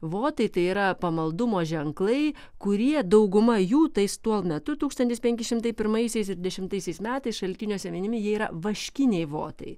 votai tai yra pamaldumo ženklai kurie dauguma jų tais tuo metu tūkstantis penki šimtai pirmaisiais ir dešimtaisiais metais šaltiniuose minimi jie yra vaškiniai votai